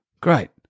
Great